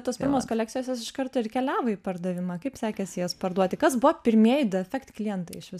tos pirmos kolekcijos jos iš karto ir keliavo į pardavimą kaip sekėsi jas parduoti kas buvo pirmieji defekt klientai iš vis